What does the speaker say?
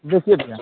देखिए भैया